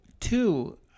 two